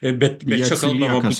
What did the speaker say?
ir bet